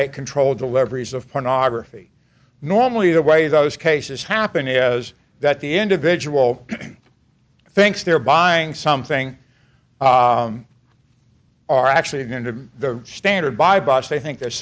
make controlled deliveries of pornography normally the way those cases happen is that the individual thinks they're buying something are actually going to the standard by boss they think they're